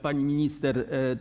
Pani Minister!